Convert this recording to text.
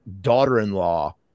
daughter-in-law